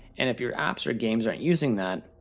and if your apps or games aren't using that,